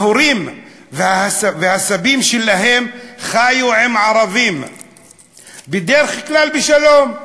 ההורים והסבים שלהם חיו עם ערבים בדרך כלל בשלום,